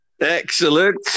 Excellent